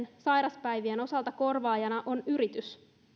sairaspäivien osalta korvaajana on yritys